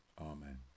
Amen